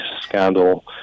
scandal